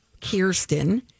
Kirsten